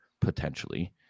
potentially